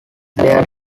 there